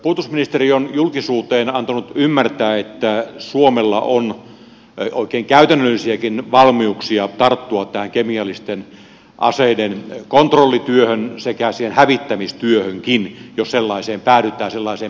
puolustusministeri on julkisuuteen antanut ymmärtää että suomella on oikein käytännöllisiäkin valmiuksia tarttua tähän kemiallisten aseiden kontrollityöhön sekä siihen hävittämistyöhönkin jos sellaiseen päädytään sellaiseen päästäisiinkin